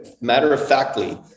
matter-of-factly